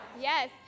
yes